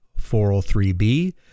403b